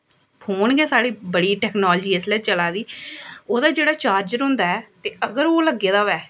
phone गै साढ़ी बड़ी टैकनॉलजी इसलै चला दी ओह्दा जेह्ड़ा चार्जर होंदा ऐ ते अगर ओह् लग्गे दा होऐ